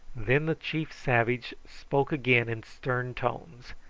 then the chief savage spoke again in stern tones,